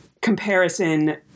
comparison